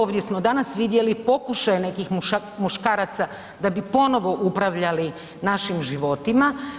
Ovdje smo danas vidjeli pokušaj nekih muškaraca da bi ponovo upravljali našim životima.